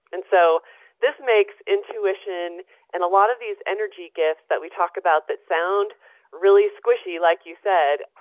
and so this makes intuition and a lot of these energy gifts that we talk about, that sound really squishy, like you said,